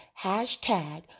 hashtag